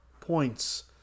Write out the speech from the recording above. points